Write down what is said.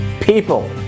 people